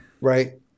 right